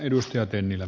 herra puhemies